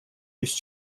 лишь